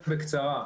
בקצרה.